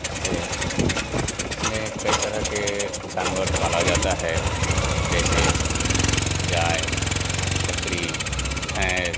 इससे इसमें कई तरह के जानवर पाला जाता है जैसे गाय बकरी भैंस